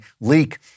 leak